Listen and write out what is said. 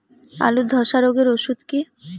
আলুর ধসা রোগের ওষুধ কি?